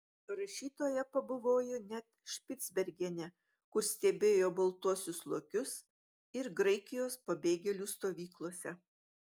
rašytoja pabuvojo net špicbergene kur stebėjo baltuosius lokius ir graikijos pabėgėlių stovyklose